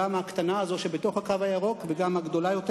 גם הקטנה הזאת שבתוך "הקו הירוק" וגם הגדולה יותר,